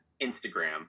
Instagram